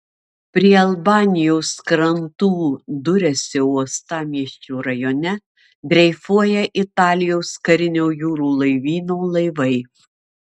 prie albanijos krantų duresio uostamiesčio rajone dreifuoja italijos karinio jūrų laivyno laivai